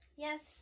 Yes